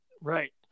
Right